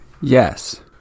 Yes